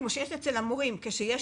אצל המורים כשיש